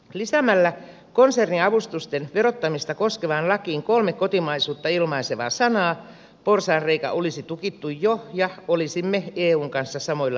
lisäämällä konserniavustusten verottamista koskevaan lakiin kolme kotimaisuutta ilmaisevaa sanaa porsaanreikä olisi jo tukittu ja olisimme eun kanssa samoilla linjoilla